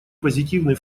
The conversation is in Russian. позитивный